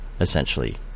essentially